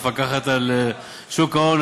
המפקחת על שוק ההון,